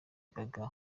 gaga